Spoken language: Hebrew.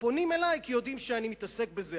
פונים אלי כי יודעים שאני מתעסק בזה,